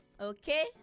Okay